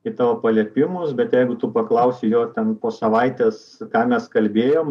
į tavo paliepimus bet jeigu tu paklausi jo ten po savaitės ką mes kalbėjom